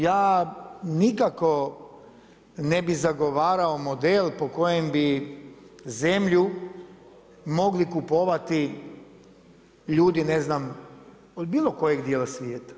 Ja nikako ne bih zagovarao model po kojem bi zemlju mogli kupovati ljudi ne znam od bilo kojeg dijela svijeta.